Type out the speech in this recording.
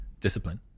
Discipline